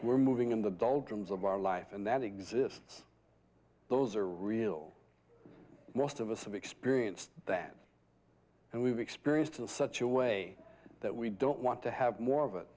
we're moving in the doldrums of our life and that exists those are real most of us have experienced that and we've experienced in such a way that we don't want to have more of it